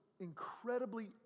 incredibly